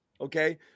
Okay